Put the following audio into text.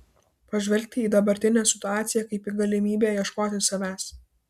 pažvelgti į dabartinę situaciją kaip į galimybę ieškoti savęs